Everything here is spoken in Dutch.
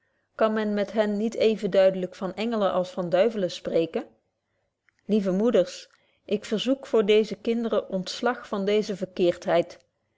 kan men met hen niet even duidelyk van engelen als van duivelen spreken lieve moeders ik verzoek voor deze kinderen ontslag van deze verkeerdheid